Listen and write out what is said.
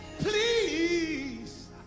please